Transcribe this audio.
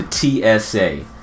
TSA